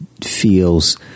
feels